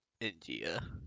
India